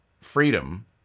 Freedom